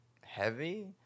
heavy